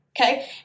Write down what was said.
Okay